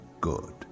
good